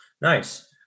Nice